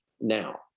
now